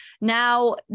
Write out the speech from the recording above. Now